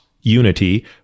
unity